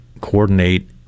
coordinate